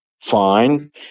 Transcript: fine